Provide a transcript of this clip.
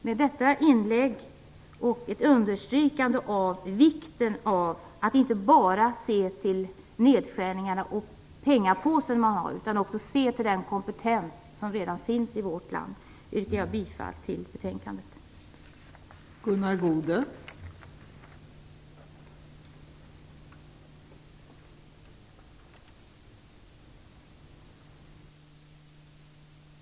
Med detta inlägg och ett understrykande av vikten av att inte bara se till nedskärningarna och pengapåsen utan också vikten av att se till den kompetens som finns i vårt land yrkar jag bifall till hemställan i betänkandet.